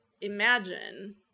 imagine